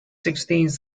sixteenth